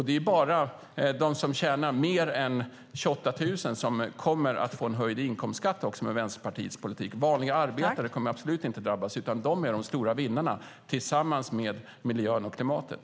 Det är bara de som tjänar mer än 28 000 som kommer att få en höjd inkomstskatt med Vänsterpartiets politik. Vanliga arbetare kommer absolut inte att drabbas. De är de stora vinnarna tillsammans med miljön och klimatet.